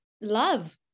love